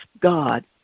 God